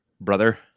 brother